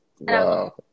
wow